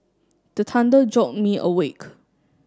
the thunder jolt me awake